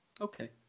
Okay